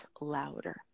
louder